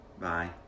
Bye